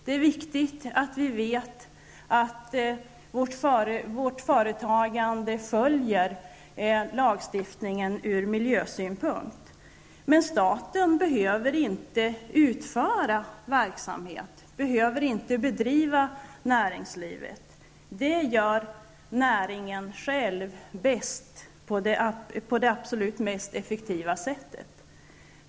Det är viktigt att vi vet att företagandet sker i enlighet med lagstiftningen i miljöhänseende. Staten behöver emellertid inte bedriva verksamhet i näringslivet, för det gör näringen själv bäst på det absolut mest effektiva sättet.